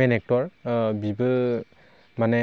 मेन actor बिबो माने